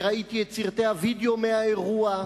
וראיתי את סרטי הווידיאו מהאירוע,